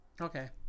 Okay